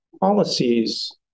policies